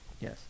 Yes